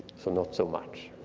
so not so much.